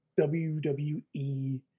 WWE